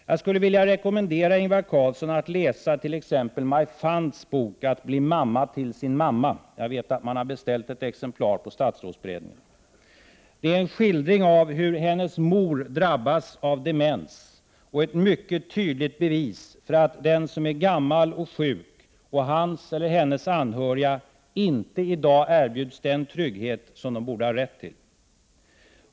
Jag skulle vilja rekommendera Ingvar Carlsson att läsa t.ex. Maj Fants bok Att bli mamma till sin mamma. Jag vet att man har beställt ett exemplar på statsrådsberedningen. Den är en skildring av hur hennes mor drabbas av demens och ett mycket tydligt bevis för att den som är gammal och sjuk och hans eller hennes anhöriga inte i dag erbjuds den trygghet som de borde ha rätt till.